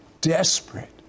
desperate